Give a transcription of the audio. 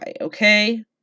okay